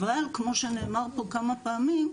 אבל כמו שנאמר פה כמה פעמים,